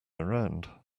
around